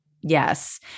Yes